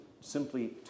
simply